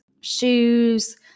shoes